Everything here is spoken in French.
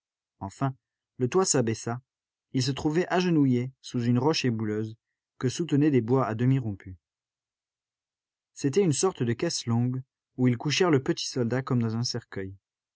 enfin le toit s'abaissa ils se trouvaient agenouillés sous une roche ébouleuse que soutenaient des bois à demi rompus c'était une sorte de caisse longue où ils couchèrent le petit soldat comme dans un cercueil